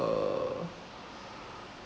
uh